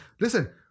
Listen